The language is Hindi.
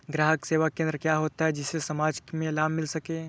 ग्राहक सेवा केंद्र क्या होता है जिससे समाज में लाभ मिल सके?